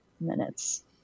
minutes